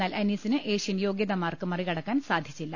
എന്നാൽ അനീസിന് ഏഷ്യൻ യോഗൃതാ മാർക്ക് മറികടക്കാൻ സാധിച്ചില്ല